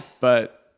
But-